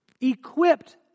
equipped